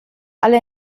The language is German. alle